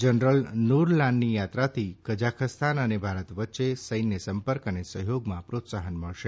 general નુરલાનની યાત્રાથી Kazakhstan અને ભારત વચ્ચે સૈન્ય સંપર્ક અને સહયોગમાં પ્રોત્સાહન મળશે